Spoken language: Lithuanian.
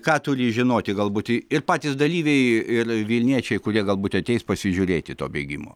ką turi žinoti galbūt i ir patys dalyviai ir vilniečiai kurie galbūt ateis pasižiūrėti to bėgimo